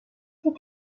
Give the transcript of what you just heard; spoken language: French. ces